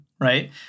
right